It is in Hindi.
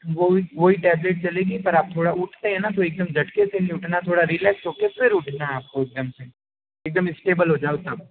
वही वही टैबलेट चलेगी पर आप थोड़ा उठते हैं न तो एकदम झटके से नहीं उठना थोड़ा रिलैक्स होकर फ़िर उठना है आपको एकदम से एकदम स्टेबल हो जाओ तब